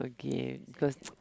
okay cause